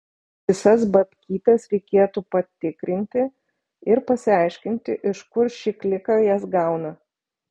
visas babkytes reikėtų patikrinti ir pasiaiškinti iš kur ši klika jas gauna